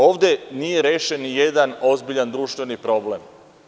Ovde nije rešen ni jedan ozbiljan društveni problem.